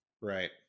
right